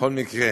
בכל מקרה,